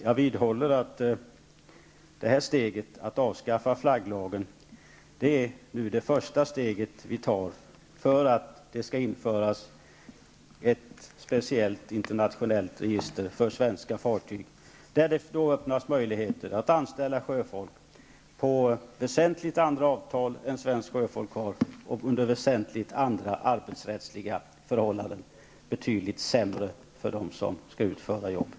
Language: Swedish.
Jag vidhåller att detta steg, att avskaffa flagglagen, är det första steget vi tar för att införa ett speciellt internationellt register för svenska fartyg, där möjligheter öppnas att anställa sjöfolk med väsentligt andra avtal än svenskt sjöfolk har och under väsentligt andra arbetsrättsliga förhållanden. Det blir betydligt sämre för dem som skall utföra jobbet.